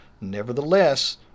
Nevertheless